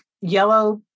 yellow